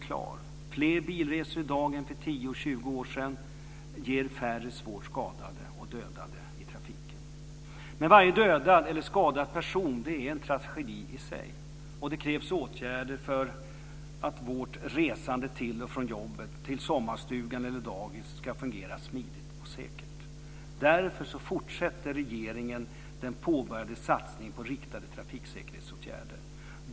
Det görs fler bilresor i dag än för 10 och 20 år sedan, och i förhållande till det är det färre svårt skadade och dödade i trafiken. Men varje dödad eller skadad person är en tragedi i sig, och det krävs åtgärder för att vårt resande till och från jobbet och till sommarstugan eller dagis ska fungera smidigt och säkert. Därför fortsätter regeringen den påbörjade satsningen på riktade trafiksäkerhetsåtgärder.